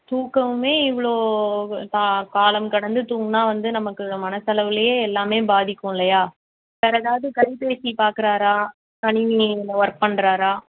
தூக்கமுமே இவ்வளோ க காலம் கடந்து தூங்கினா வந்து நமக்கு மனசளவுலேயே எல்லாமே பாதிக்கும் இல்லையா வேறு ஏதாவது கைபேசி பாக்குறாரா கணினியில் ஒர்க் பண்ணுறாரா